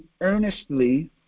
earnestly